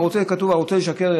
כתוב: הרוצה לשקר,